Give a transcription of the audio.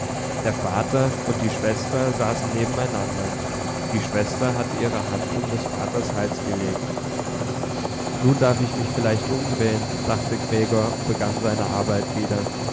der vater und die schwester saßen nebeneinander die schwester hatte ihre hand um des vaters hals gelegt nun darf ich mich schon vielleicht umdrehen dachte gregor und begann seine arbeit wieder